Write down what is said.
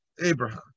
Abraham